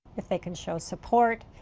if they can show support.